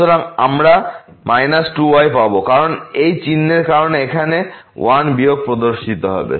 সুতরাং আমরা 2y পাব কারণ এই চিহ্নের কারণে এখানে 1 বিয়োগ প্রদর্শিত হবে